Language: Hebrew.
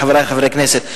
חברי חברי הכנסת,